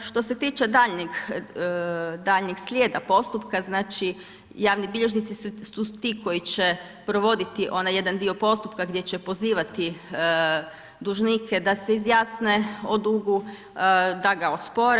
Što se tiče daljnjeg slijeda postupka, javni bilježnici su ti koji će provoditi onaj jedan dio postupka gdje će pozivati dužnike da se izjasne o dugu, da ga ospore.